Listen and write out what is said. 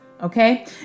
okay